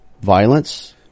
violence